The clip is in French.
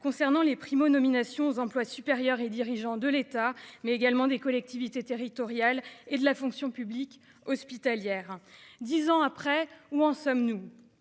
concernant les primo-nominations aux emplois supérieurs et dirigeants de l'État mais également des collectivités territoriales et de la fonction publique hospitalière. 10 ans après, où en sommes-nous.